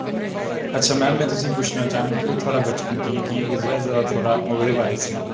अच्छा मैम में तुसेंगी पुच्छना चाह्ङ के थुहाड़ा बचपन कि'यां कि'यां गुजरेआ यरा थोह्ड़ा ओह्दे बारै ई सनाओ